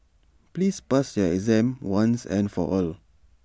please pass your exam once and for all